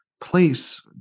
place